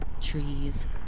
trees